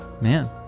Man